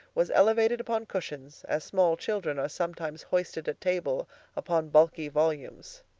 was elevated upon cushions, as small children are sometimes hoisted at table upon bulky volumes.